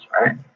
right